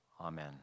amen